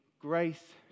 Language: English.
grace